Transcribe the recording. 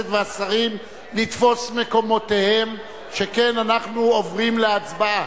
והשרים לתפוס מקומותיהם שכן אנחנו עוברים להצבעה.